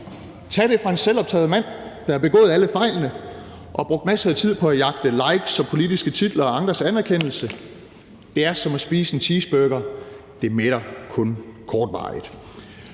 Tag det fra en selvoptaget mand, der har begået alle fejlene og brugt masser af tid på at jagte likes og politiske titler og andres anerkendelse. Det er som at spise en cheeseburger, det mætter kun kortvarigt;